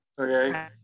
Okay